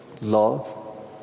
love